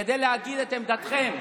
כדי להגיד את עמדתכם.